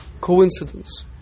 coincidence